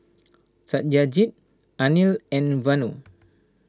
Satyajit Anil and Vanu